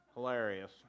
hilarious